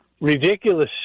ridiculous